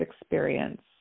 experience